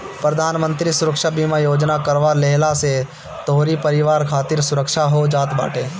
प्रधानमंत्री सुरक्षा बीमा योजना करवा लेहला से तोहरी परिवार खातिर सुरक्षा हो जात बाटे